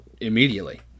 immediately